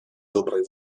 доброй